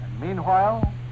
Meanwhile